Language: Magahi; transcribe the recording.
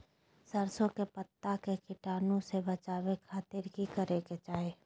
सरसों के पत्ता के कीटाणु से बचावे खातिर की करे के चाही?